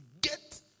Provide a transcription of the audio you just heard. get